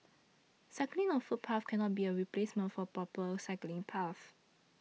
cycling on footpaths cannot be a replacement for proper cycling paths